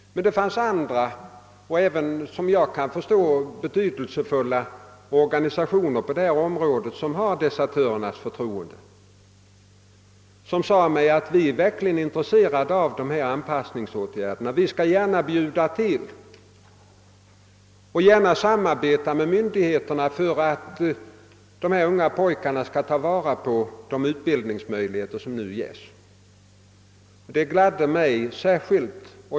Men det fanns andra och, såvitt jag kan förstå, betydelsefulla organisationer på detta område som har desertörernas förtroende som sade mig: Vi är verkligen intresserade av dessa anpassningsåtgärder. Vi skall gärna bjuda till och gärna samarbeta med myndigheterna för att dessa unga pojkar skall ta vara på de utbildningsmöjligheter som nu ges. Det gladde mig särskilt.